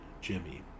Jimmy